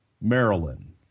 Maryland